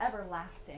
everlasting